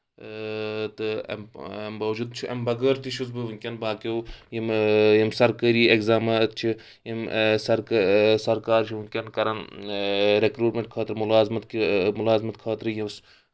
اۭں تہٕ امہِ اَمہِ باوجوٗد چھُ امہِ بغٲر تہِ چھُس بہٕ وٕنکیٚن باقیو یِم سرکٲری ایٚگزامات چھِ یِم سرکٲ سرکار چھِ وٕنکیٚن کران ریٚکروٗٹمیٚنٹ خٲطرٕ مُلازمت مُلازمت خٲطرٕ یُس